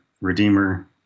redeemer